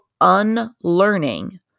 unlearning